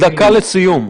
דקה לסיום.